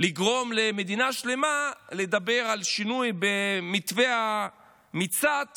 לגרום למדינה שלמה לדבר על שינוי במתווה המצעד,